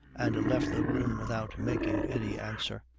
and left the room without making any answer.